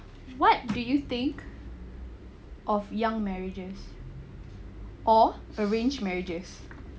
what do you think of young marriages or arranged marriages